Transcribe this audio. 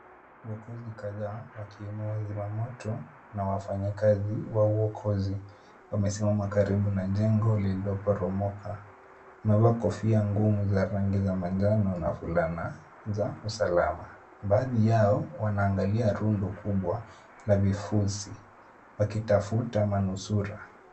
Uokozi kadhaa wakiwemo wazima moto na wafanyikazi wa uokozi, wamesimama karibu na jengo lililoporomoka, wamevaa kofia ngumu za rangi ya manjano na fulana za usalama. Baadhi yao wanaangalia rundo kubwa la vifusi wakitafuta manusura.